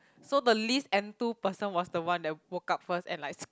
so the least enthu person was the one that woke up first and like